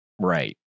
right